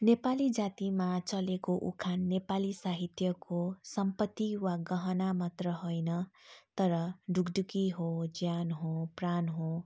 नेपाली जातिमा चलेको उखान नेपाली साहित्यको सम्पत्ति वा गहना मात्र होइन तर ढुकढुकी हो ज्यान हो प्राण हो